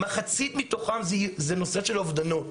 מחצית מתוכם זה נושא של אובדות,